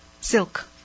silk